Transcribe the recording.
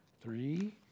three